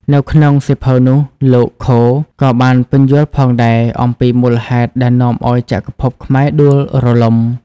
នៅក្នុងសៀវភៅនោះ លោក ខូ Coe ក៏បានពន្យល់ផងដែរអំពីមូលហេតុដែលនាំឲ្យចក្រភពខ្មែរដួលរលំ។